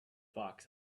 fox